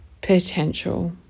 potential